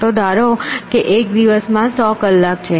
ચાલો ધારો કે એક દિવસમાં 100 કલાક છે